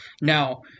Now